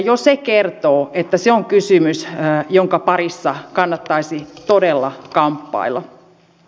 jo se kertoo että se on kysymys jonka parissa kannattaisi todella kamppailla